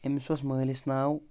أمِس اوس مٲلِس ناو